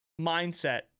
mindset